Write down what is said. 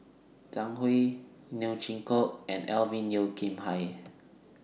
Zhang Hui Neo Chwee Kok and Alvin Yeo Khirn Hai